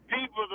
People